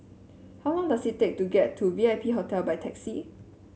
how long does it take to get to V I P Hotel by taxi